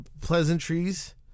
pleasantries